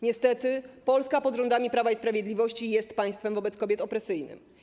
Niestety, Polska pod rządami Prawa i Sprawiedliwości jest państwem wobec kobiet opresyjnym.